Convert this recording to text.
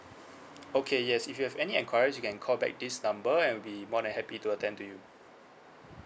okay yes if you have any enquiries you can call back this number and I will be more than happy to attend to you